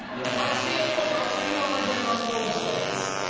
i see your point, and i tell you why i don't like roller skates.